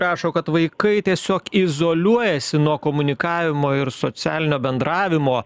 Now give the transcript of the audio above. rašo kad vaikai tiesiog izoliuojasi nuo komunikavimo ir socialinio bendravimo